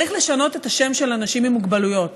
צריך לשנות את השם של אנשים עם מוגבלויות.